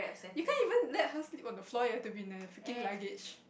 you can even let her sleep on the floor you have to be in the freaking luggage